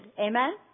Amen